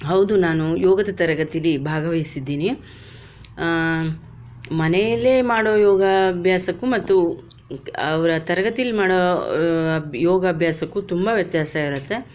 ಹೌದು ನಾನು ಯೋಗದ ತರಗತೀಲಿ ಭಾಗವಹಿಸಿದ್ದೀನಿ ಮನೆಯಲ್ಲೇ ಮಾಡುವ ಯೋಗಾಭ್ಯಾಸಕ್ಕೂ ಮತ್ತು ಅವರ ತರಗತೀಲಿ ಮಾಡುವ ಯೋಗಾಭ್ಯಾಸಕ್ಕೂ ತುಂಬ ವ್ಯತ್ಯಾಸ ಇರುತ್ತೆ